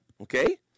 okay